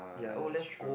ya that's true